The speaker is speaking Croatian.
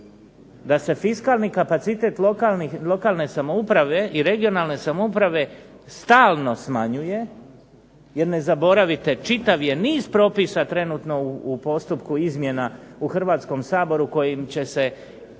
da se fiskalni kapacitet lokalne samouprave i regionalne samouprave stalno smanjuje, jer ne zaboravite čitav je niz propisa trenutno u postupku izmjena u Hrvatskom saboru kojim će se